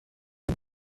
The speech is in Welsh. nhw